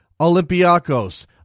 Olympiacos